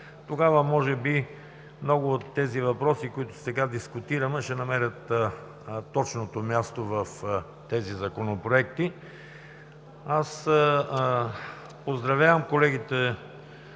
Тогава може би много от тези въпроси, които сега дискутираме, ще намерят точното място в тези законопроекти. Поздравявам колегите